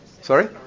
Sorry